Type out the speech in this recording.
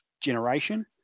generation